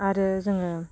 आरो जोङो